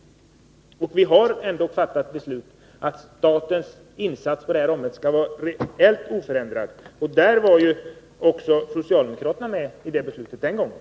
Vi har fattat beslut om att statens insats på detta område skall vara reellt oförändrad, och socialdemokraterna var också med om att fatta det beslutet.